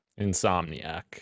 Insomniac